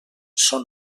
són